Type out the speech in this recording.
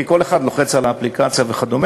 כי כל אחד לוחץ על האפליקציה וכדומה,